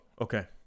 Okay